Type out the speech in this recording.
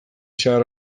zahar